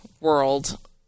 world